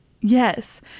Yes